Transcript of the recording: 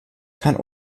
kann